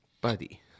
Buddy